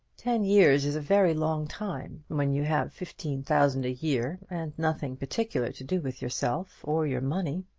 ten years is a very long time when you have fifteen thousand a year and nothing particular to do with yourself or your money.